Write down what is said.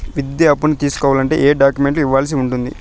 విద్యా అప్పును తీసుకోవాలంటే ఏ ఏ డాక్యుమెంట్లు ఇవ్వాల్సి ఉంటుంది